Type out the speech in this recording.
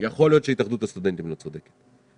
יכול להיות שהתאחדות הסטודנטים לא צודקת,